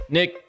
Nick